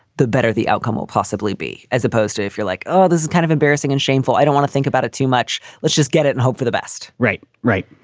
the better the outcome will possibly be, as opposed to if you're like, oh, this is kind of embarrassing and shameful. i do want to think about it too much. let's just get it and hope for the best right. right.